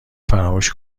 فراموش